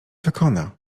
wykona